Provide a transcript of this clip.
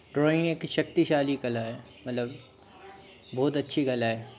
drawing एक शक्तिशाली कला है मतलब बहुत अच्छी कला है